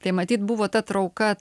tai matyt buvo ta trauka